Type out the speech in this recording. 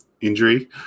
injury